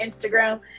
instagram